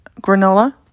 granola